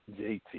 JT